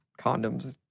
condoms